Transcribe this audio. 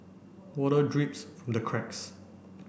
water drips from the cracks